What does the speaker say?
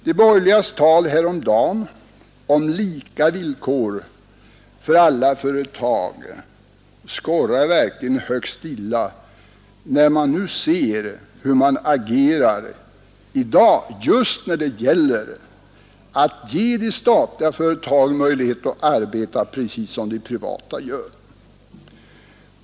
De borgerligas tal häromdagen om ”lika villkor” för alla företag skorrar verkligen högst illa, när man ser hur de agerar i dag just när det gäller att ge de statliga företagen möjlighet att arbeta precis som de privata gör.